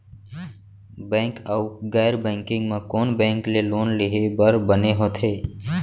Bank अऊ गैर banking म कोन बैंक ले लोन लेहे बर बने होथे?